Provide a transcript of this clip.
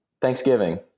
Thanksgiving